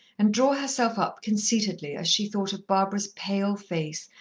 and draw herself up conceitedly, as she thought of barbara's pale face,